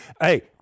hey